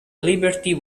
liberty